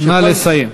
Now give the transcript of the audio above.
נא לסיים.